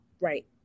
Right